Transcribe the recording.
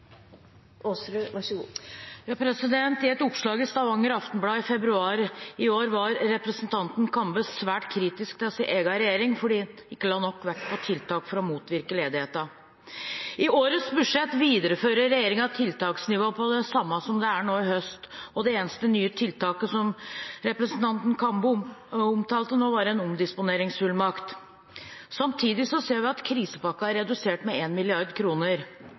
Kambe svært kritisk til sin egen regjering fordi den ikke la nok vekt på tiltak for å motvirke ledigheten. I årets budsjett viderefører regjeringen tiltaksnivået på samme nivå som i høst, og det eneste nye tiltaket, som representanten Kambe omtalte nå, er en omdisponeringsfullmakt. Samtidig ser vi at krisepakken er redusert med